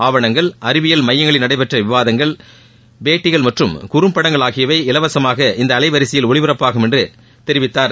ஆவணங்கள் அறிவியல் மையங்களில் நடைபெற்ற விவாதங்கள் பேட்டிகள் மற்றம் குறம்படங்கள் ஆகியவை இலவசமாக இந்த அலைவரிசையில் ஒளிபரப்பாகும் என்று தெரிவித்தார்